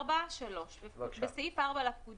תיקון סעיף 4 3. בסעיף 4 לפקודה,